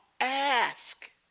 ask